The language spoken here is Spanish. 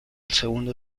segundo